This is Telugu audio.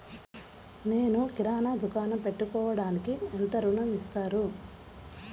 నేను కిరాణా దుకాణం పెట్టుకోడానికి ఎంత ఋణం ఇస్తారు?